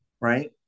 Right